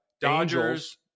dodgers